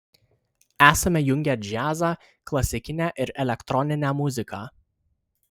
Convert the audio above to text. esame jungę džiazą klasikinę ir elektroninę muziką